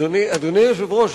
אדוני היושב-ראש,